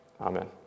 Amen